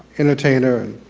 entertainer, and